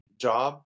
job